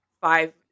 five